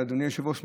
אדוני היושב-ראש,